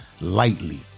lightly